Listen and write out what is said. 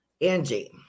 Angie